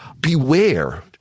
beware